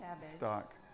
stock